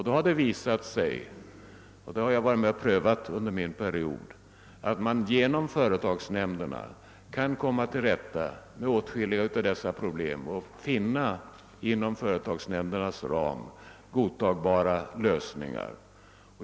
Då har det visat sig — och detta har jag varit med om att pröva under min period — ait man genom företagsnämnderna kan komma till rätta med åtskilliga av dessa problem och således inom företagsnämndernas ram finna godtagbara lösningar.